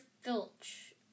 Filch